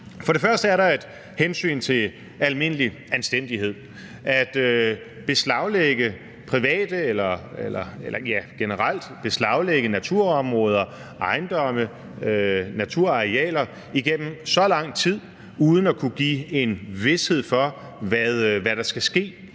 For det første er der et hensyn til almindelig anstændighed. At beslaglægge beslaglægge naturområder generelt og private ejendomme og naturarealer igennem så lang tid uden at kunne give en vished for, hvad der skal ske